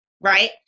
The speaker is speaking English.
right